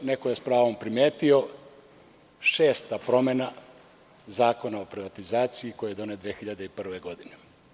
Neko je s pravom primetio šesta promena Zakona o privatizaciji koji je donet 2001. godine.